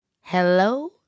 Hello